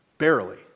barely